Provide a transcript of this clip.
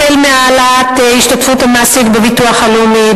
החל מהעלאת השתתפות המעסיק בביטוח הלאומי,